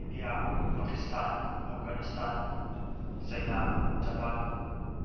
India Pakistan Afghanistan China Japan